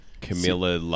Camilla